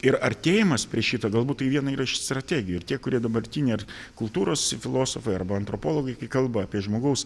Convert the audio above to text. ir artėjimas prie šito galbūt tai viena yra iš strategijų ir tie kurie dabartiniai ar kultūros filosofai arba antropologai kai kalba apie žmogaus